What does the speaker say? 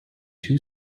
two